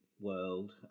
world